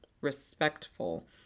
respectful